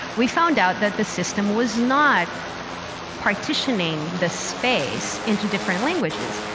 we found out that the system was not partitioning the space into different languages.